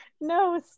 No